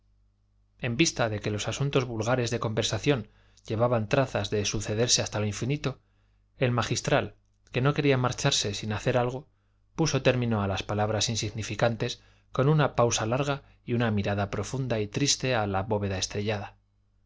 en vista de que los asuntos vulgares de conversación llevaban trazas de sucederse hasta lo infinito el magistral que no quería marcharse sin hacer algo puso término a las palabras insignificantes con una pausa larga y una mirada profunda y triste a la bóveda estrellada